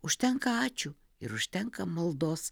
užtenka ačiū ir užtenka maldos